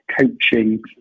coaching